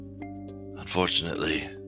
Unfortunately